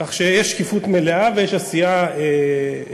כך שיש שקיפות מלאה ויש עשייה שלמה.